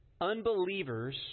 unbelievers